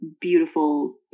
beautiful